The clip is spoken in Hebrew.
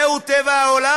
זהו טבע העולם.